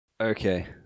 Okay